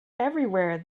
everywhere